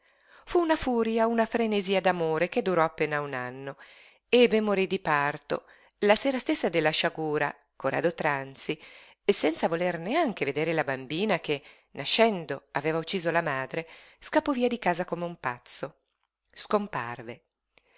fu una furia una frenesia d'amore che durò appena un anno ebe morí di parto la sera stessa della sciagura corrado tranzi senza voler neanche vedere la bambina che nascendo aveva ucciso la madre scappò via di casa come un pazzo scomparve